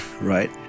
right